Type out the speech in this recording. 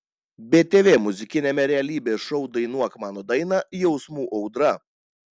btv muzikiniame realybės šou dainuok mano dainą jausmų audra